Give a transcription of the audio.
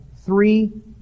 three